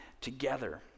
together